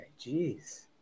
Jeez